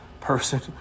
person